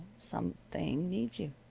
something needs you.